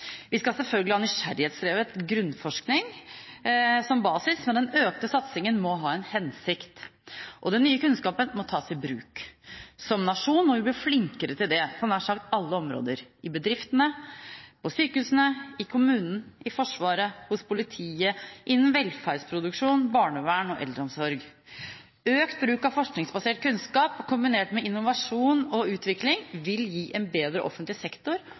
Vi skal selvfølgelig ha nysgjerrighetsdrevet grunnforskning som basis, men den økte satsingen må ha en hensikt. Den nye kunnskapen må tas i bruk. Som nasjon må vi bli flinkere til det på nær sagt alle områder: i bedriftene, på sykehusene, i kommunene, i Forsvaret, hos politiet, innen velferdsproduksjon, barnevern og eldreomsorg. Økt bruk av forskningsbasert kunnskap kombinert med innovasjon og utvikling vil gi en bedre offentlig sektor